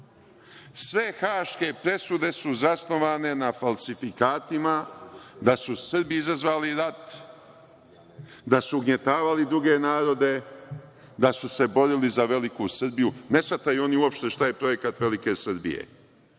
Sve haške presude su zasnovane na falsifikatima da su Srbi izazvali rat, da su ugnjetavali druge narode, da su se borili za „Veliku Srbiju“. Ne shvataju oni uopšte šta je projekat „Velike Srbije“,